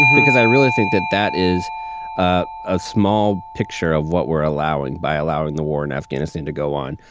because i really think that that is a ah small picture of what we're allowing by allowing the war in afghanistan to go on.